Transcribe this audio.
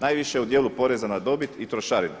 najviše u djelu poreza na dobit i trošarine.